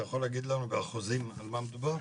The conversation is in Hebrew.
אתה יכול להגיד לנו באחוזים על מה מדובר?